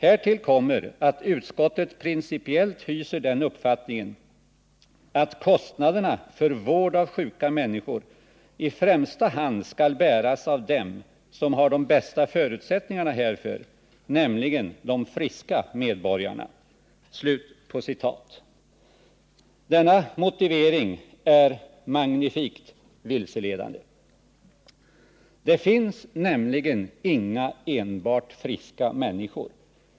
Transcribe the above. Härtill kommer att utskottet principiellt hyser den uppfattningen att kostnaderna för vård av sjuka människor i främsta hand skall bäras av dem som har de bästa förutsättningarna härför, nämligen de friska medborgarna.” Denna motivering är magnifikt vilseledande. Det finns nämligen inga enbart friska människor.